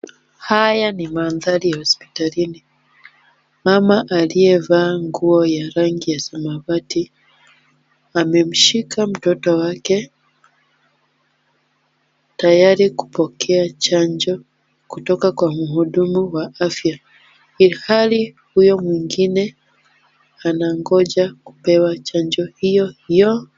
Haya ni mandhari ya hospitalini, mama aliyevaa nguo ya rangi ya samawati amemshika mtoto wake tayari kupokea chanjo kutoka kwa mhudumu wa afya ilhali huyo mwingine anangoja kupewa chanjo hiyo hiyo.